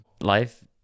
Life